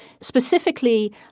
specifically